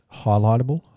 highlightable